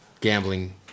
gambling